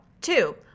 Two